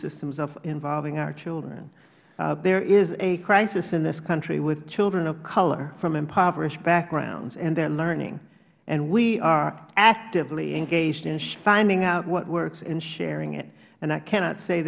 systems involving our children there is a crisis in this country with children of color from impoverished backgrounds and their learning and we are actively engaged in finding out what works and sharing it and i cannot say